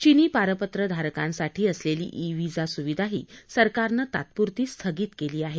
चिनी पारपत्रं धारकांसाठी असलेली ई व्हिसा सुविधाही सरकारनं तात्पुरती स्थगित केली आहे